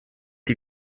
die